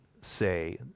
say